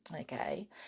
okay